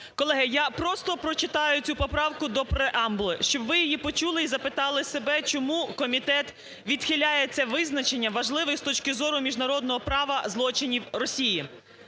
Колеги, я просто прочитаю цю поправку до преамбули, щоб ви її почули і запитали себе, чому комітет відхиляє це визначення важливої з точки зору міжнародного права, злочинів Росії.